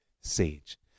sage